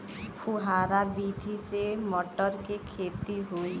फुहरा विधि से मटर के खेती होई